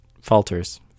falters